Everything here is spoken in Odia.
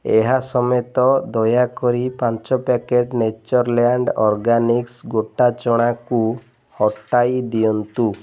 ଏହା ସମେତ ଦୟାକରି ପାଞ୍ଚ ପ୍ୟାକେଟ୍ ନେଚର୍ଲ୍ୟାଣ୍ଡ୍ ଅର୍ଗାନିକ୍ସ୍ ଗୋଟା ଚଣାକୁ ହଟାଇ ଦିଅନ୍ତୁ